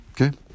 okay